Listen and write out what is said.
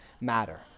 matter